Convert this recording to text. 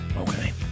Okay